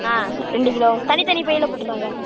ஆ ரெண்டு கிலோ தனி தனி பையில் போட்டுறேங்க்கா